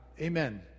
amen